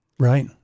Right